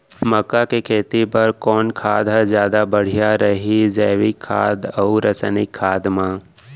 मक्का के खेती बर कोन खाद ह जादा बढ़िया रही, जैविक खाद अऊ रसायनिक खाद मा?